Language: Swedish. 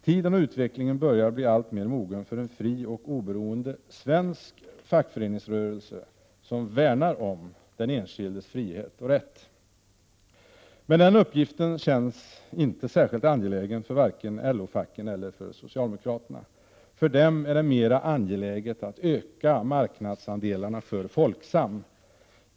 Tiden och utvecklingen börjar bli alltmer mogen för en fri och oberoende svensk fackföreningsrörelse, som värnar om den enskildes frihet och rätt. Men den uppgiften känns inte särskilt angelägen för varken LO-facken eller för socialdemokraterna. För dem är det mera angeläget att öka marknadsandelarna för Folksam.